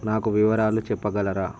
నాకు వివరాలు చెప్పగలరా